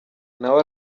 nawe